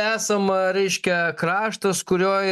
esam reiškia kraštas kurioj